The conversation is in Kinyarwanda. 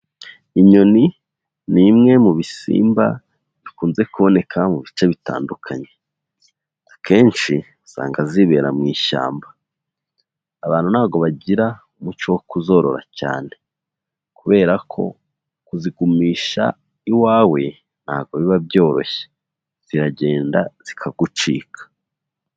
Inyoni ni imwe mu bisimba bikunze kuboneka mu bice bitandukanye. Akenshi usanga zibera mu ishyamba. Abantu ntago bagira umuco wo kuzorora cyane, kubera ko kuzigumisha iwawe ntago biba byoroshye; ziragenda zikagucika.